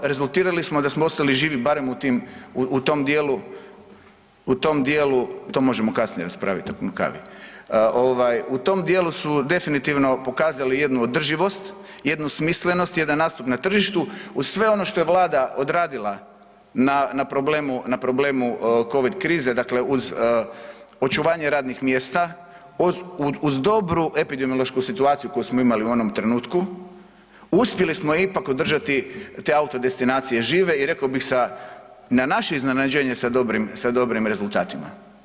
Rezultirali smo da smo ostali živi barem u tim, u tom dijelu, u tom dijelu, to možemo kasnije raspravit na kavi, ovaj u tom dijelu su definitivno… … pokazali jednu održivost, jednu smislenost, jedan nastup na tržištu uz sve ono što je Vlada odradila na problemu covid krize uz očuvanje radnih mjesta uz dobru epidemiološku situaciju koju smo imali u onom trenutku uspjeli smo ipak održati te auto destinacije žive i rekao bih na naše iznenađenje sa dobrim rezultatima.